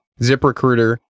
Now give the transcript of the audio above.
ZipRecruiter